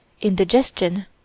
indigestion